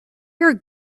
are